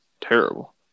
terrible